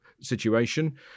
situation